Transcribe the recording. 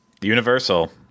universal